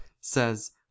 says